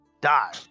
Die